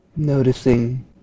Noticing